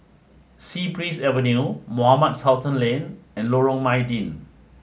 sea Breeze Avenue Mohamed Sultan Lane and Lorong Mydin